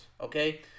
Okay